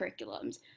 curriculums